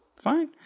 Fine